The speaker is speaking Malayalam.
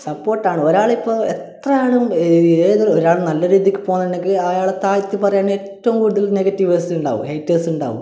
സപ്പോട്ടാണ് ഒരാളിപ്പോൾ എത്ര ആളും ഏതൊരു ഒരാൾ നല്ല രീതിയ്ക്ക് പോന്നുണ്ടെങ്കിൽ അയാളെ താഴ്ത്തി പറയാൻ ഏറ്റവും കൂടുതൽ നെഗറ്റീവേഴ്സ് ഉണ്ടാവും ഹെയ്റ്റേഴ്സ് ഉണ്ടാവും